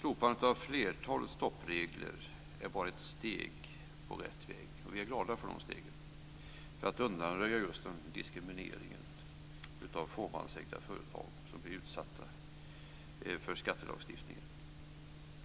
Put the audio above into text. Slopandet av flertalet stoppregler är bara ett steg på rätt väg, och vi är glada för det, för att undanröja den diskriminering av fåmansägda företag som blir utsatta i skattelagstiftningen.